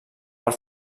per